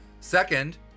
Second